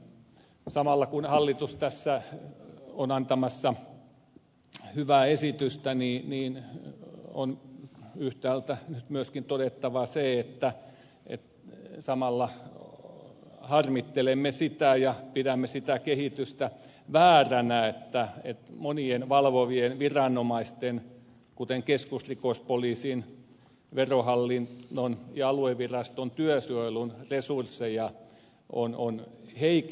samalla kun hallitus tässä on antamassa hyvää esitystä on yhtäältä myöskin todettava se että harmittelemme ja pidämme sitä kehitystä vääränä että monien valvovien viranomaisten kuten keskusrikospoliisin verohallinnon ja alueviraston työsuojelun resursseja on heikennetty